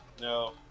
No